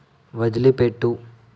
వదిలిపెట్టు